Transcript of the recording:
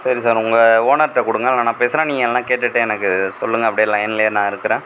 சரி சார் உங்கள் ஓனர்கிட்ட கொடுங்க நான் வேணா பேசுகிறேன் நீங்கள் இல்லைனா கேட்டுவிட்டு எனக்கு சொல்லுங்கள் அப்டியே லைன்லேயே நான் இருக்கிறேன்